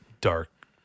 dark